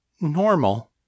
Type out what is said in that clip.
normal